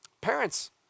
parents